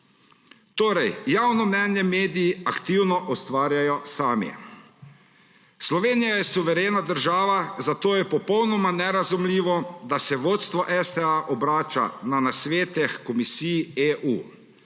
Torej, javno mnenje mediji aktivno ustvarjajo sami. Slovenija je suverena država, zato je popolnoma nerazumljivo, da se vodstvo STA obrača na nasvete h komisiji EU.